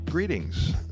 Greetings